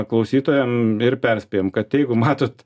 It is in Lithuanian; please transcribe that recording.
klausytojam ir perspėjam kad jeigu matot